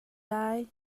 lai